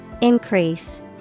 Increase